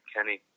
Kenny